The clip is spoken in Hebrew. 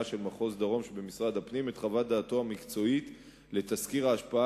של מחוז דרום שבמשרד הפנים את חוות דעתו המקצועית על תסקיר ההשפעה